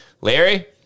Larry